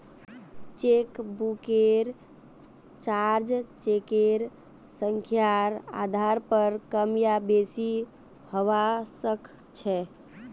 चेकबुकेर चार्ज चेकेर संख्यार आधार पर कम या बेसि हवा सक्छे